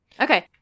Okay